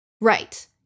Right